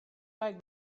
like